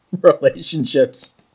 relationships